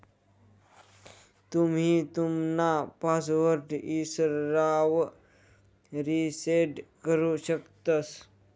तुम्ही तुमना पासवर्ड इसरावर रिसेट करु शकतंस